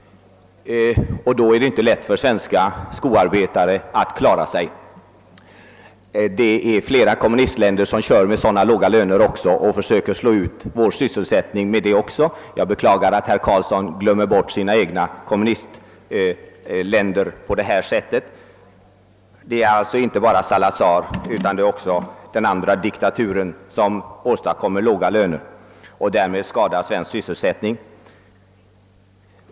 Då är det inte heller lätt för svenska skoarbetare att klara sig i konkurrensen. Det är flera kommunistländer som tillämpar sådana låga löner för att försöka slå ut oss på marknaden. Det är beklagligt att herr Karlsson i detta sammanhang glömmer bort förhållandena i »sina» kommunistländer. Det är inte bara Salazar utan också andra diktaturer som betalar låga löner och därmed skadar svensk sysselsättning.